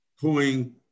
pulling